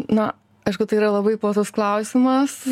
na aišku tai yra labai platus klausimas